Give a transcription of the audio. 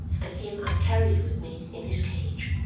and him i carried with me in his cage.